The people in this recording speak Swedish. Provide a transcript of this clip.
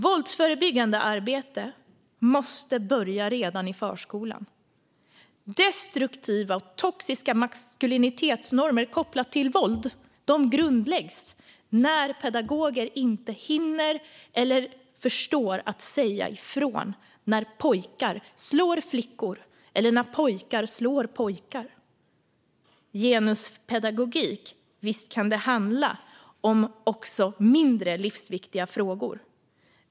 Våldsförebyggande arbete måste börja redan i förskolan. Destruktiva och toxiska maskulinitetsnormer kopplat till våld grundläggs när pedagoger inte hinner eller förstår att säga ifrån när pojkar slår flickor eller när pojkar slår pojkar. Visst kan genuspedagogik handla om också mindre livsviktiga frågor.